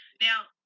Now